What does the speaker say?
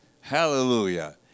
Hallelujah